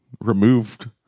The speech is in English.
removed